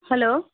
hello